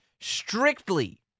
strictly